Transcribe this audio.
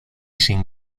sin